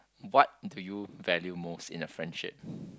what do you value most in a friendship